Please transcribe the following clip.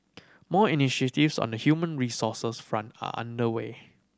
more initiatives on the human resources front are under way